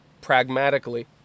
pragmatically